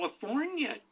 California